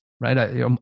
right